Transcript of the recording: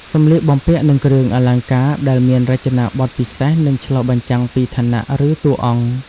សម្លៀកបំពាក់ និងគ្រឿងអលង្ការ ដែលមានរចនាបថពិសេស និងឆ្លុះបញ្ចាំងពីឋានៈ ឬតួអង្គ។